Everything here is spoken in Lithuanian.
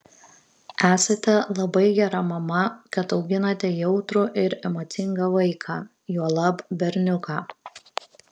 esate labai gera mama kad auginate jautrų ir emocingą vaiką juolab berniuką